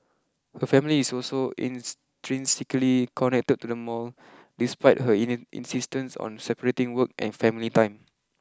her family is also intrinsically connected to the mall despite her insistence on separating work and family time